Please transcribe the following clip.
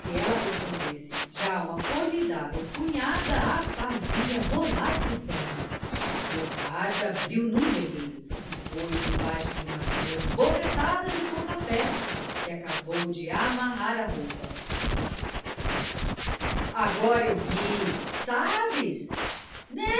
ela respondesse já uma formidável punhada a fazia rolar por terra leocádia abriu num berreiro e foi debaixo de uma chuva de bofetadas e pontapés que acabou de amarrar a roupa agora eu vi sabes